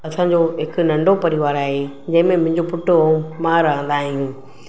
असांजो हिकु नंढो परिवार आहे जंहिं में मुंहिंजो पुट ऐं मां रहंदा आहियूं